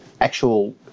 actual